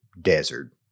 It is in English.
desert